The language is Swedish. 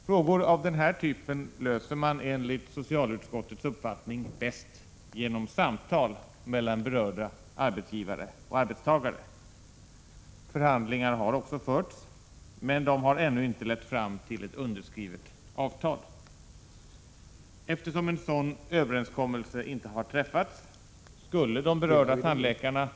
Frågor av den här typen löser man enligt socialutskottets uppfattning bäst genom samtal mellan berörda arbetsgivare och arbetstagare. Förhandlingar har också förts, men de har ännu inte lett fram till något underskrivet avtal. Då någon överenskommelse inte har träffats skulle de berörda tandläkarna — Prot.